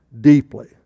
deeply